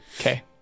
Okay